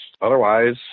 Otherwise